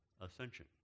ascension